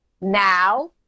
now